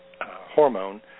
hormone